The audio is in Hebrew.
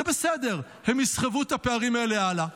זה בסדר, הם יסחבו את הפערים האלה הלאה.